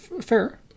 Fair